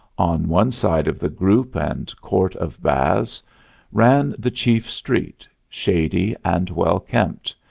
on one side of the group and court of baths ran the chief street, shady and well-kempt,